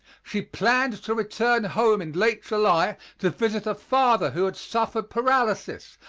she planned to return home in late july to visit a father who had suffered paralysis,